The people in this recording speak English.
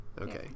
Okay